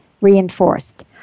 reinforced